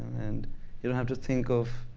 and you don't have to think of